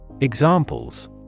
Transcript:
Examples